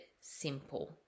simple